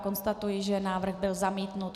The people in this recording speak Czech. Konstatuji, že návrh byl zamítnut.